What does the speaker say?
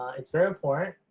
it's very important,